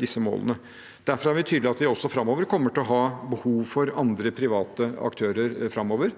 disse målene. Derfor er det tydelig at vi også framover kommer til å ha behov for andre, private aktører framover.